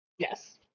Yes